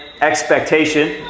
expectation